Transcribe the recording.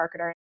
marketer